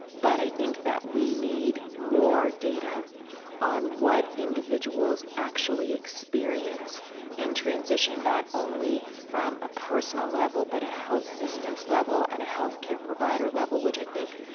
but i think that we need more data on what individuals actually experience in transition, not only from a personal level, but a health systems level, and a healthcare provider level, which, i think,